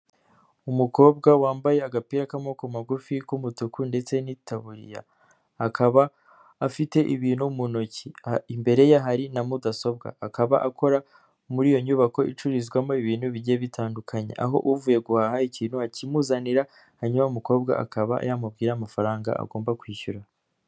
Umukobwa wambaye agapira k'amaboko magufi k'umutuku ndetse n'itaburiya, akaba afite ibintu mu ntoki, imbere ye hari na mudasobwa, akaba akora muri iyo nyubako icururizwamo ibintu bigiye bitandukanye, aho uvuye guhaha ikintu akimuzanira hanyuma umukobwa akaba yamubwira amafaranga agomba kwishyura.